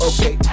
Okay